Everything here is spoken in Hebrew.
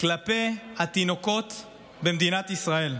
כלפי התינוקות במדינת ישראל.